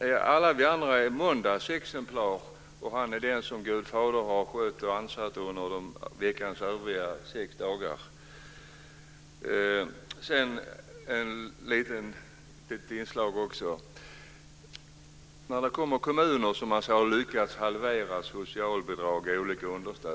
Är alla vi andra måndagsexemplar, medan han är den som av Gud fader har skötts och ansats under veckans övriga sex dagar? Sedan ytterligare en liten kommentar. Det finns alltså kommuner som har lyckats halvera socialbidrag och olika understöd.